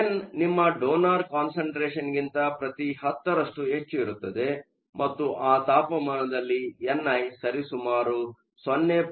ಆದ್ದರಿಂದಎನ್ ನಿಮ್ಮ donor concentration ಗಿಂತ ಪ್ರತಿಶತ 10 ರಷ್ಟು ಹೆಚ್ಚು ಇರುತ್ತದೆ ಮತ್ತು ಆ ತಾಪಮಾನದಲ್ಲಿ ಎನ್ ಐ ಸರಿಸುಮಾರು 0